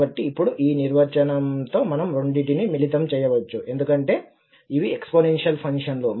కాబట్టి ఇప్పుడు ఈ నిర్వచనంతో మనం రెండింటిని మిళితం చేయవచ్చు ఎందుకంటే ఇవి ఎక్సపోన్షియల్ ఫంక్షన్స్ లు